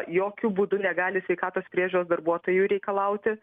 jokiu būdu negali sveikatos priežiūros darbuotojų reikalauti